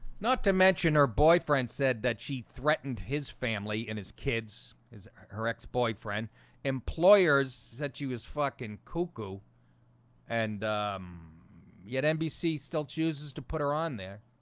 not to mention her boyfriend said that she threatened his family and his kids his her ex-boyfriend employers said she was fucking cuckoo and yet nbc still chooses to put her on there